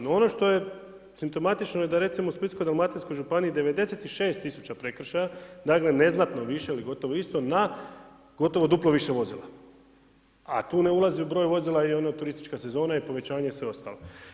No, ono što je simptomatično je da recimo, u Splitsko-dalmatinskoj županiji 96 tisuća prekršaja, dakle, neznatno više ili gotovo isto na gotovo duplo više vozila, a tu ne ulazi u broj vozila i ona turistička sezona i povećanje i sve ostalo.